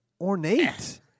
ornate